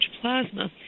plasma